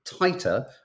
tighter